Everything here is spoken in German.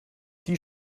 die